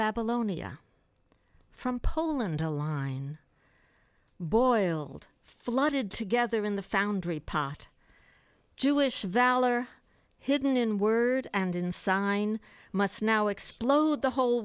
babylonia from poland a line boiled flooded together in the foundry pot jewish valor hidden in word and in sign must now explode the whole